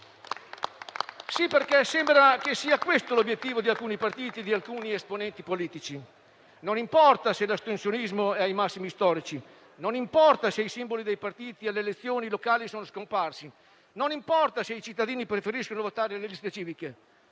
Sì, perché sembra che sia questo l'obiettivo di alcuni partiti e di alcuni esponenti politici. Non importa se l'astensionismo è ai massimi storici; non importa se i simboli dei partiti alle elezioni locali sono scomparsi; non importa se i cittadini preferiscono votare le liste civiche.